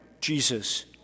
Jesus